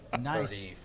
Nice